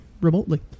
remotely